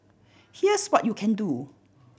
here's what you can do